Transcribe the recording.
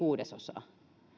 kuudesosaa